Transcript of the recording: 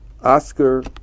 Oscar